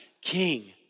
king